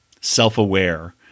self-aware